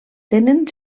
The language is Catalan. tenen